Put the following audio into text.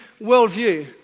worldview